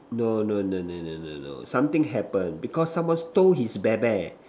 no no no no no no something happen because someone stole his bear bear